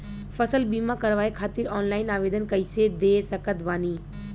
फसल बीमा करवाए खातिर ऑनलाइन आवेदन कइसे दे सकत बानी?